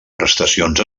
prestacions